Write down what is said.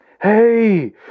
Hey